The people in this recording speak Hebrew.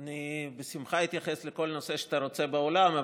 אני אתייחס בשמחה לכל נושא שאתה רוצה בעולם,